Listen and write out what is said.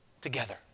together